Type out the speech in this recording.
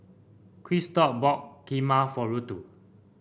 Christop bought Kheema for Ruthe